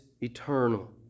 eternal